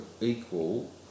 equal